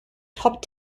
top